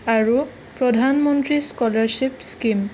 আৰু প্ৰধানমন্ত্ৰী scholarship scheme